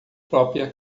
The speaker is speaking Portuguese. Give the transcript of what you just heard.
própria